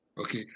okay